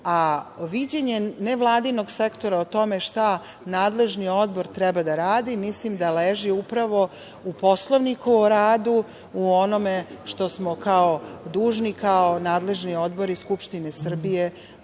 a viđenje nevladinog sektora o tome šta nadležni odbor treba da radi mislim da leži upravo u Poslovniku o radu, u onome što smo dužni kao nadležni odbori Skupštine Srbije